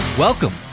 Welcome